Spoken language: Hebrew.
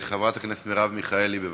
חברת הכנסת מרב מיכאלי, בבקשה.